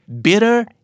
Bitter